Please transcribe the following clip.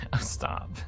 stop